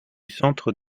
centre